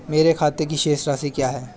मेरे खाते की शेष राशि क्या है?